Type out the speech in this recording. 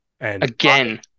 Again